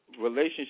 Relationship